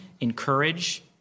encourage